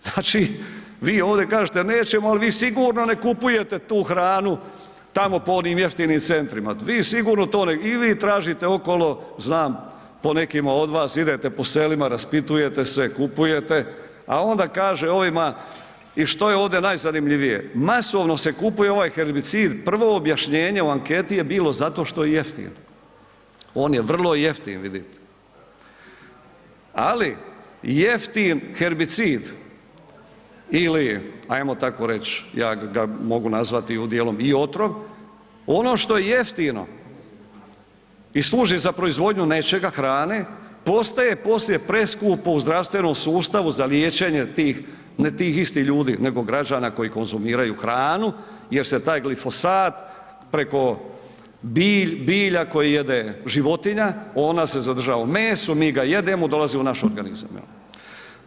Znači vi ovdje kažete nećemo, ali vi sigurno ne kupujete tu hranu tamo po onim jeftinim centrima, vi sigurno to ne, i vi tražite okolo, znam po nekima od vas, idete po selima, raspitujete se, kupujete, a onda kaže ovima, i što je ovdje najzanimljivije, masovno se kupuje ovaj herbicid, prvo objašnjenje u anketi je bilo zato što je jeftin, on je vrlo jeftin vidite, ali jeftin herbicid ili ajmo tako reći, ja ga mogu nazvati ... i otrov, ono što je jeftino i služi za proizvodnju nečega, hrane, postaje poslije preskupo u zdravstvenom sustavu za liječenje tih, ne tih istih ljudi, nego građana koji konzumiraju hranu jer se taj glifosat preko bilja koje jede životinja, ona se zadržava u mesu, mi ga jedemo, dolazi u naš organizam jel.